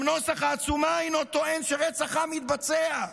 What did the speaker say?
גם נוסח העצומה אינו טוען שרצח עם מתבצע,